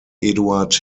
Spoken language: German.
eduard